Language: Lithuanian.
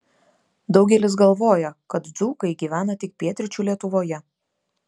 daugelis galvoja kad dzūkai gyvena tik pietryčių lietuvoje